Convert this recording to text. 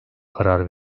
karar